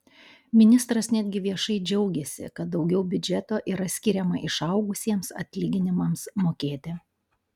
ministras netgi viešai džiaugėsi kad daugiau biudžeto yra skiriama išaugusiems atlyginimams mokėti